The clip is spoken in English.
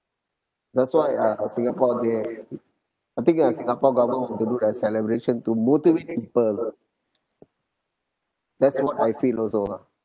that's why uh singapore they I think uh singapore government want to do the celebration to motivate people that's what I feel also lah